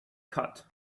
cut